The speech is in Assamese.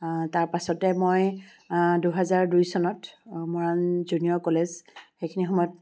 তাৰপাছতে মই দুহেজাৰ দুই চনত মৰাণ জুনিয়ৰ কলেজ সেইখিনি সময়ত